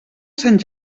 sant